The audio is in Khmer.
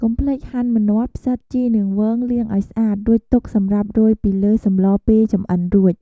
កុំភ្លេចហាន់ ម្នាស់ ផ្សិត ជីនាងវង លាងឱ្យស្អាត រួចទុកសម្រាប់រោយពីលើសម្លពេលចម្អិនរួច។